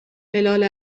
هلال